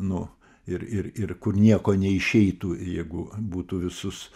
nu ir ir ir kur nieko neišeitų jeigu būtų visus